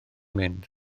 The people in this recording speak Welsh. mynd